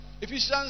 Ephesians